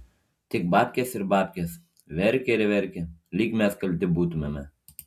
tik babkės ir babkės verkia ir verkia lyg mes kalti būtumėme